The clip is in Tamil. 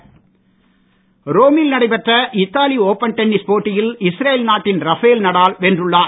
டென்னிஸ் ரோமில் நடைபெற்ற இத்தாலி ஓபன் டென்னிஸ் போட்டியில் இஸ்ரேல் நாட்டின் ரஃபேல் நடால் வென்றுள்ளார்